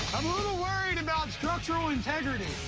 little worried about structural integrity.